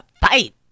fight